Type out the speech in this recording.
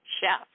chef